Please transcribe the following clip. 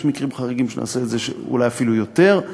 יש מקרים חריגים שבהם נעשה את זה אולי אפילו יותר,